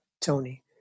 Tony